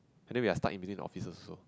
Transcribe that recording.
and then we are stuck in between the offices also